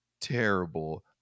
terrible